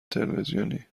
تلویزیونی